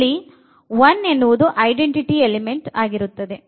ಇಲ್ಲಿ 1 identity element ಆಗಿರುತ್ತದೆ